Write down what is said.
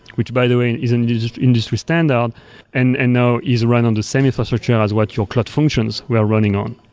which by the way is an industry standout and and now is run on the same infrastructure as what your cloud functions were running on.